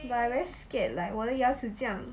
but I very scared like 我的牙齿这样